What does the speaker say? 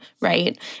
right